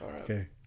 Okay